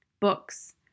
Books